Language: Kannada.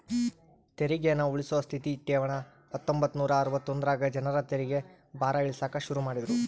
ತೆರಿಗೇನ ಉಳ್ಸೋ ಸ್ಥಿತ ಠೇವಣಿ ಹತ್ತೊಂಬತ್ ನೂರಾ ಅರವತ್ತೊಂದರಾಗ ಜನರ ತೆರಿಗೆ ಭಾರ ಇಳಿಸಾಕ ಶುರು ಮಾಡಿದ್ರು